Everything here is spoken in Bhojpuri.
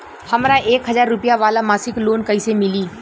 हमरा एक हज़ार रुपया वाला मासिक लोन कईसे मिली?